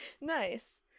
nice